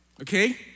Okay